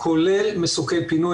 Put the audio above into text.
כולל מסוקי פינוי,